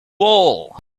all